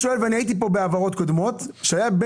הייתי כאן בהעברת קודמות עת הייתה העברה בין